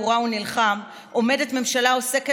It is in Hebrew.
חברת הכנסת מאי גולן, חבר הכנסת בוסו,